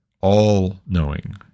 all-knowing